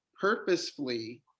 purposefully